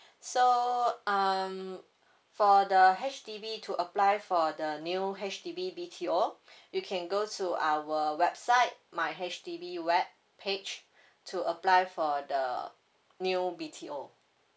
so um for the H_D_B to apply for the new H_D_B B_T_O you can go to our website my H_D_B web page to apply for the new B_T_O